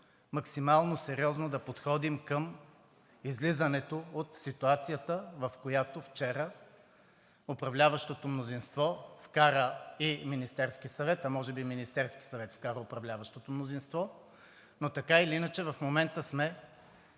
максимално сериозно да подходим към излизането от ситуацията, в която вчера управляващото мнозинство вкара и Министерския съвет, а може би Министерският съвет вкара управляващото мнозинство. Но така или иначе в момента сме